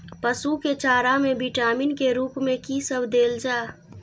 पशु के चारा में विटामिन के रूप में कि सब देल जा?